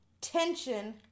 Tension